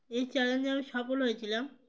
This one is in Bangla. এই চ্যালেঞ্জে আমি সফল হয়েছিলাম